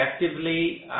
effectively